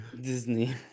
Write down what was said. Disney